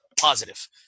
positive